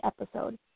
episode